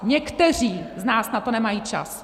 Někteří z nás na to nemají čas.